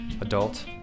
adult